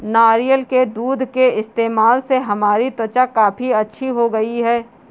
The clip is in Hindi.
नारियल के दूध के इस्तेमाल से हमारी त्वचा काफी अच्छी हो गई है